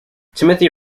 timothy